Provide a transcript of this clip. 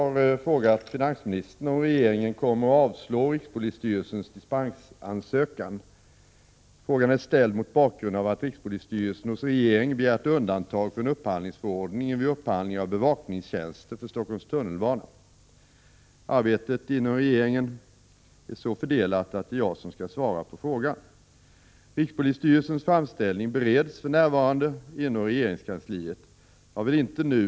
Rikspolisstyrelsen har hos regeringen begärt dispens från upphandlingsförordningen i fråga om köp av bevakningstjänster för Stockholms tunnelbana. Rikspolisstyrelsen vill uppenbarligen betala mer än nödvändigt för dessa tjänster genom att utnyttja statliga ABAB.